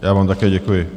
Já vám také děkuji.